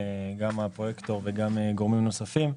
גם הפרויקטור וגם גורמים נוספים,